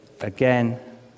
again